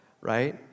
Right